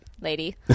lady